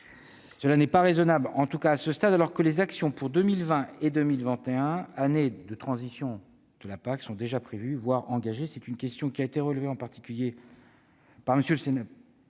Cela n'est pas raisonnable, en tout cas à ce stade, dans la mesure où les actions pour 2020 et 2021- années de transition de la PAC -sont déjà prévues, voire engagées. Cette question a été soulevée en particulier par les sénateurs